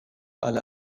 alle